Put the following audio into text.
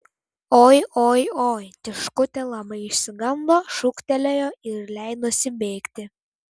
oi oi oi tiškutė labai išsigando šūktelėjo ir leidosi bėgti